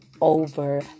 over